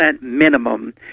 minimum